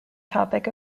topic